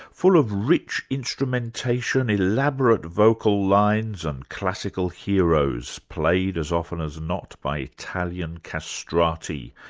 full of rich instrumentation, elaborate vocal lines and classical heroes, played as often as not by italian castrati,